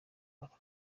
aka